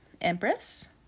empress